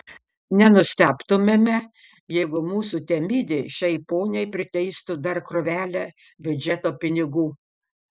nenustebtumėme jeigu mūsų temidė šiai poniai priteistų dar krūvelę biudžeto pinigų